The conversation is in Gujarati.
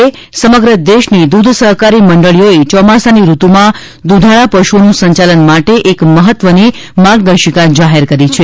એ સમગ્ર દેશની દૂધ સહકારી મંડળીઓએ ચોમાસાની ઋતુમાં દૂધાળા પશુઓનું સંચાલન માટે એક મહત્વની માર્ગદર્શિકા જાહેર કરી છે